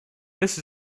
this